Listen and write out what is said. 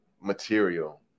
material